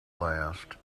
last